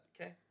okay